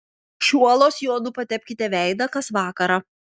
šiuo losjonu patepkite veidą kas vakarą